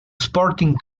sporting